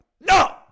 no